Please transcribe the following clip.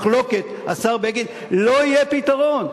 המחלוקת השר בגין, לא יהיה פתרון.